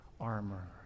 armor